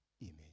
image